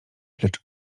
lecz